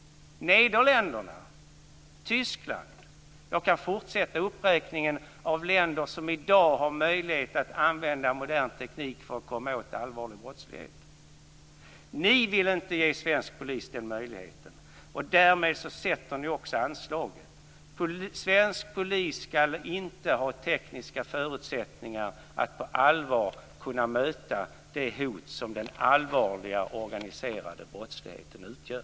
Nederländerna, Tyskland - jag kan fortsätta uppräkningen av länder där man i dag har möjlighet att använda modern teknik för att komma åt allvarlig brottslighet. Ni vill inte ge svensk polis den möjligheten. Därmed sätter ni också anslaget. Svensk polis skall inte ha tekniska förutsättningar att på allvar kunna möta det hot som den allvarliga organiserade brottsligheten utgör.